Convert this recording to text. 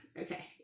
okay